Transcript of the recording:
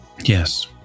Yes